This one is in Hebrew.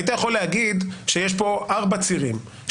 היית יכול להגיד שיש כאן ארבעה צירים,